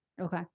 Okay